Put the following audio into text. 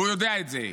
והוא יודע את זה,